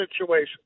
situation